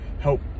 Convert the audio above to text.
help